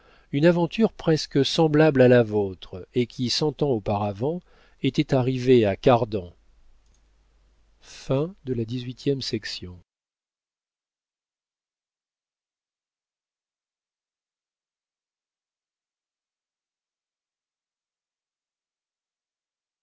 une aventure presque semblable à la vôtre et qui cent ans auparavant était arrivée à cardan